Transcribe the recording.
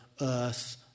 earth